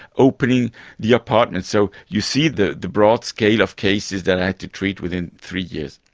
opening the apartment. so you see the the broad scale of cases that i had to treat within three years.